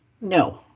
No